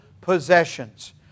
possessions